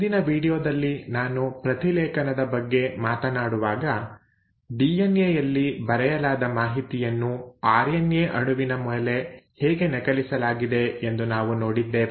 ಹಿಂದಿನ ವೀಡಿಯೊದಲ್ಲಿ ನಾನು ಪ್ರತಿಲೇಖನದ ಬಗ್ಗೆ ಮಾತನಾಡುವಾಗ ಡಿಎನ್ಎ ಯಲ್ಲಿ ಬರೆಯಲಾದ ಮಾಹಿತಿಯನ್ನು ಆರ್ಎನ್ಎ ಅಣುವಿನ ಮೇಲೆ ಹೇಗೆ ನಕಲಿಸಲಾಗಿದೆ ಎಂದು ನಾವು ನೋಡಿದ್ದೇವೆ